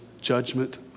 judgment